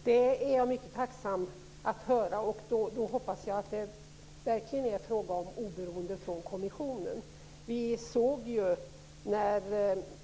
Fru talman! Det är jag mycket tacksam för att höra. Jag hoppas att det verkligen då är fråga om ett oberoende från kommissionen.